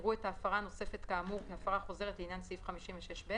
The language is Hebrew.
יראו את ההפרה הנוספת כאמור כהפרה חוזרת לעניין סעיף 56(ב),